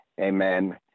amen